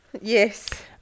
Yes